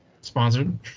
sponsored